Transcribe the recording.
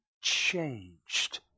changed